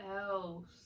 else